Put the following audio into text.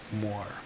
more